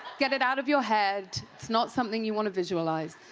get it out of your head. it's not something you want to visualize.